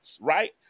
right